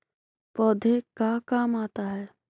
पौधे का काम आता है?